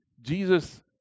Jesus